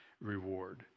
reward